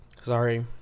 sorry